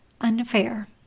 unfair